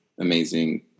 amazing